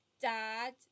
dad